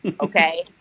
okay